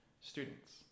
students